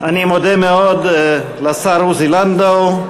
אני מודה מאוד לשר עוזי לנדאו,